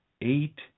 eight